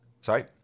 sorry